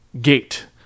Gate